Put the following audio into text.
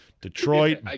Detroit